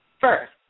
first